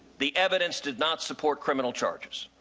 the evidence did not support criminal charges?